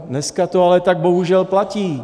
Dneska to ale tak bohužel platí.